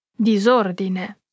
Disordine